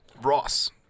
Ross